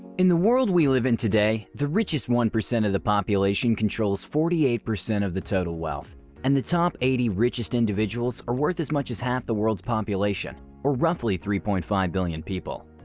in the world we live in today, the richest one percent of the population controls forty eight percent of the total wealth and the top eighty richest individuals are worth as much as half the world's population or roughly three point five billion people.